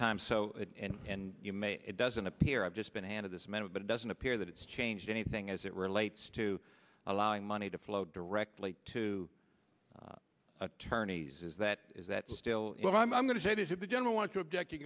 so and you may it doesn't appear i've just been handed this matter but it doesn't appear that it's changed anything as it relates to allowing money to flow directly to attorneys is that is that still what i'm going to say this is the general want to object you